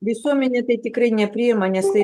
visuomenė tai tikrai nepriima nes tai